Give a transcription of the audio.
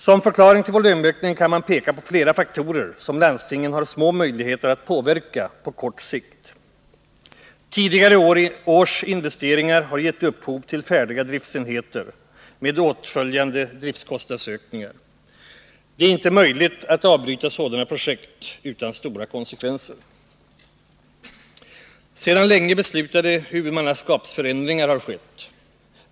Som förklaring till volymökningen kan man peka på flera faktorer som landstingen har små möjligheter att påverka på kort sikt. Tidigare års investeringar har gett upphov till färdiga driftenheter med åtföljande driftkostnadsökningar. Det är inte möjligt att avbryta sådana projekt utan stora konsekvenser. Sedan länge beslutade huvudmannaskapsförändringar har skett.